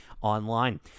online